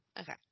Okay